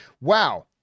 Wow